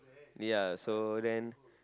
ya so then